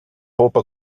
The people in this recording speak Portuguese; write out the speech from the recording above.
roupa